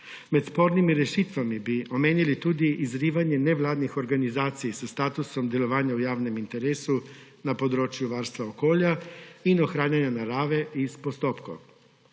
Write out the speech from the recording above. Med spornimi rešitvami bi omenili tudi izrivanje nevladnih organizacij s statusom delovanja v javnem interesu na področju varstva okolja in ohranjanja narave iz postopkov.